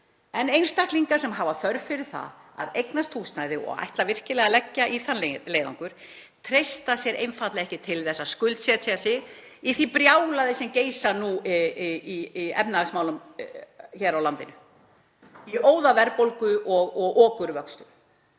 En einstaklingar sem hafa þörf fyrir að eignast húsnæði og ætla virkilega að leggja í þann leiðangur treysta sér einfaldlega ekki til að skuldsetja sig í því brjálæði sem geisar nú í efnahagsmálum hér á landinu, í óðaverðbólgu og okurvöxtum.